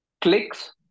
clicks